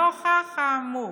נוכח האמור,